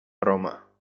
roma